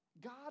God